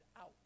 out